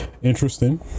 interesting